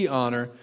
honor